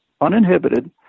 uninhibited